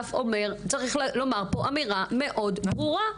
האגף אומר: צריך לומר פה אמירה מאוד ברורה.